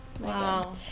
Wow